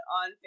on